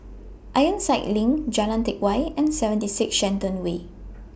Ironside LINK Jalan Teck Whye and seventy six Shenton Way